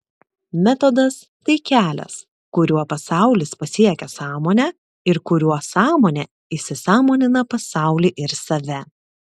metodas tai kelias kuriuo pasaulis pasiekia sąmonę ir kuriuo sąmonė įsisąmonina pasaulį ir save